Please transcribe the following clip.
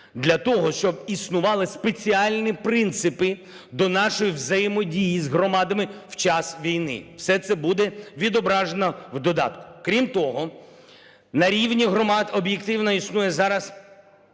для того, щоб існували спеціальні принципи до нашої взаємодії з громадами в час війни. Все це буде відображено в додатку. Крім того, на рівні громад об'єктивно існує зараз